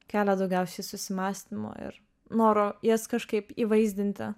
kelia daugiausiai susimąstymo ir noro jas kažkaip įvaizdinti